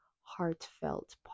heartfelt